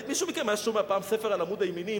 מישהו מכם היה שומע פעם ספר על "העמוד הימיני"?